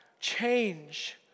change